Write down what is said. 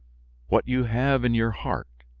what you have in your heart.